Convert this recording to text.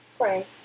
pray